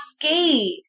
cascade